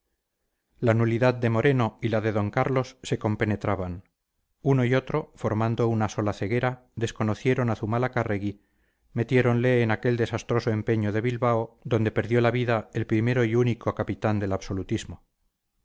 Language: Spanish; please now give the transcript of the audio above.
la nulidad de moreno y la de d carlos se compenetraban uno y otro formando una sola ceguera desconocieron a zumalacárregui metiéronle en aquel desastroso empeño de bilbao donde perdió la vida el primero y único capitán del absolutismo